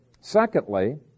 secondly